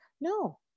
No